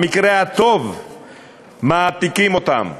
במקרה הטוב מעתיקים אותן,